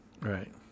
Right